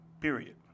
Period